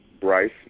Bryce